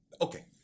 Okay